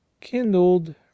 Kindled